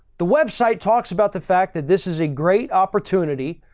the website talks about the fact that this is a great opportunity.